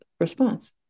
response